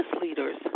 leaders